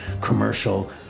commercial